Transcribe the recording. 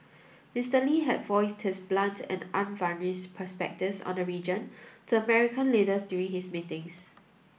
Mister Lee had voiced his blunt and unvarnished perspectives on the region to American leaders during his meetings